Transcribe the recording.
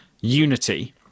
unity